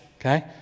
okay